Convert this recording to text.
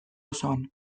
osoan